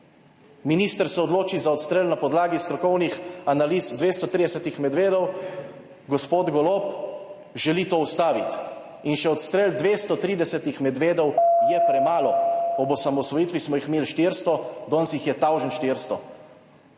Minister se odloči za odstrel na podlagi strokovnih analiz 230 medvedov, gospod Golob želi to ustaviti in še odstrel 230 medvedov je premalo, ob osamosvojitvi smo jih imeli 400, danes jih je tisoč 400.